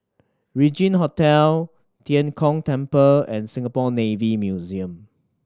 Regin Hotel Tian Kong Temple and Singapore Navy Museum